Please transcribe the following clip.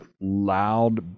loud